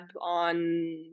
on